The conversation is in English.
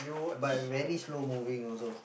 but very slow moving also